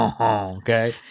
Okay